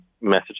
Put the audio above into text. message